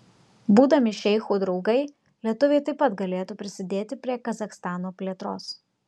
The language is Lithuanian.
būdami šeichų draugai lietuviai taip pat galėtų prisidėti prie kazachstano plėtros